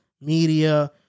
media